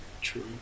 True